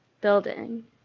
Building